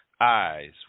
eyes